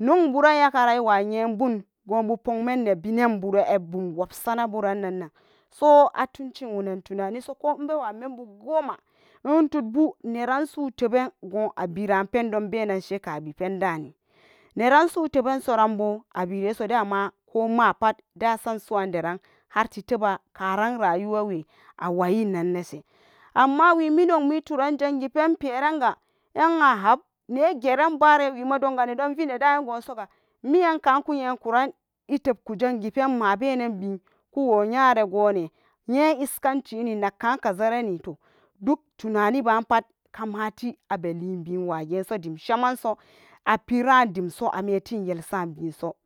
Nyawbura yakaran iwa yebun gobu pogmen ne binanbu ibum wobsanaburan nan, so atuncinnan tunaniso ku ibewa membu goma intudbu neran su tob en go abira oendon benan shekabi pendami neran su tobensoranbo abereso dama komapat dasam suwan deran harti toba karan rayuwawe awayinan nese, amma wi minyaumi itura injangipen inperenga yen ahap negeran bare wima idon vine danosoga miyanka kunyekuran itebku jangi pen mabenenbi kuwo yaregone nye iskancini nagka kazareni toh duk tunani ba pat kamati abelibi wajeso dim shemanso apira dimso ametin yelsa biso,